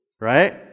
right